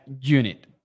unit